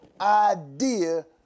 idea